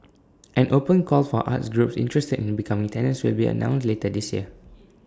an open call for arts groups interested in becoming tenants will be announced later this year